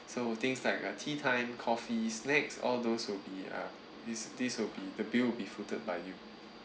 so things like uh teatime coffee snacks all those will be uh these these will be the bill will be footed by you